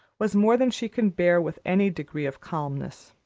was more than she could bear with any degree of calmness.